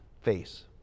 face